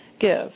give